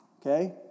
Okay